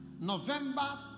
November